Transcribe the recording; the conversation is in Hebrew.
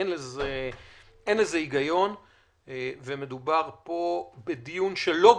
אין לזה היגיון ומדובר פה בדיון של לוגיקה,